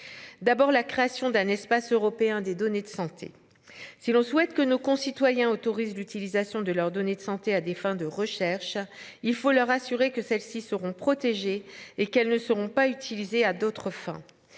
D'abord, la création d'un espace européen des données de santé, si l'on souhaite que nos concitoyens autorise l'utilisation de leurs données de santé à des fins de recherche, il faut leur assurer que celles-ci seront protégés et qu'elles ne seront pas utilisées à d'autres fins.